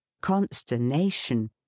Consternation